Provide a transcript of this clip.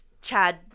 Chad